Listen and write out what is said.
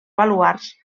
baluards